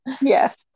yes